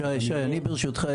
שי אני ברשותך,